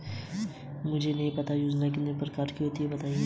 मेरे खाते से मुझे एन.ई.एफ.टी करना है क्या करें?